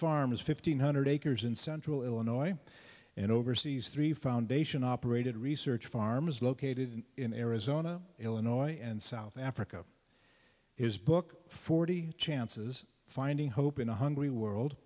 farms fifteen hundred acres in central illinois and oversees three foundation operated research farms located in arizona illinois and south africa is book forty chances finding hope in a hungry world